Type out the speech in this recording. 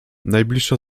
najbliższa